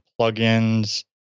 plugins